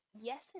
Yes